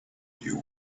you